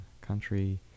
Country